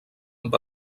amb